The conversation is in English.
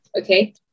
Okay